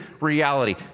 reality